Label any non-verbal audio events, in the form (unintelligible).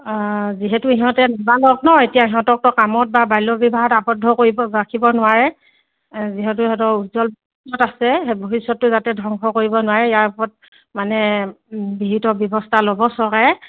যিহেতু সিহঁতে (unintelligible) ন এতিয়া সিহঁতকো কামত বা বাল্যবিবাহত আৱদ্ধ কৰিব ৰাখিব নোৱাৰে যিহেতু সিহঁতৰ উজ্জ্বল ভৱিষ্যত আছে সেই ভৱিষ্যতটো যাতে ধ্বংস কৰিব নোৱাৰে ইয়াৰ ওপৰত মানে বিহিত ব্যৱস্থা ল'ব চৰকাৰে